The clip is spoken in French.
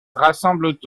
rassemblent